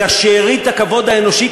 אלא שארית הכבוד האנושי,